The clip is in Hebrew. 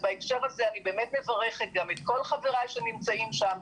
בהקשר הזה אני מברכת את כל חברי שנמצאים שם,